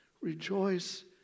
rejoice